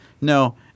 No